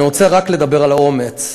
אני רוצה רק לדבר על האומץ,